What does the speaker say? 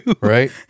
right